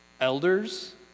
elders